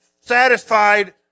satisfied